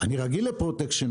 אני רגיל לפרוטקשן,